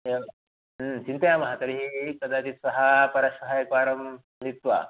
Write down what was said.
एवं चिन्तयामः तर्हि कदाचित् सः परश्वः एकवारं मिलित्वा